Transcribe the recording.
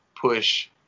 push